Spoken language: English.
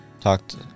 Talked